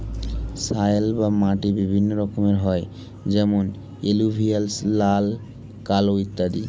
soil বা মাটি বিভিন্ন রকমের হয় যেমন এলুভিয়াল, লাল, কালো ইত্যাদি